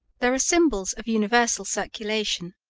there are symbols of universal circulation,